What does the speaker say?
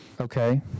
Okay